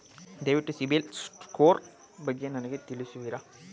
ದಯವಿಟ್ಟು CIBIL score ಬಗ್ಗೆ ನನಗೆ ತಿಳಿಸುವಿರಾ?